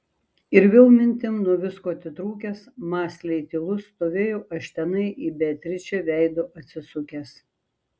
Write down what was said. ir vėl mintim nuo visko atitrūkęs mąsliai tylus stovėjau aš tenai į beatričę veidu atsisukęs